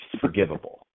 forgivable